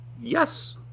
Yes